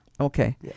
Okay